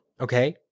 Okay